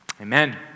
Amen